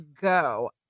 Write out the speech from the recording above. go